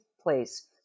place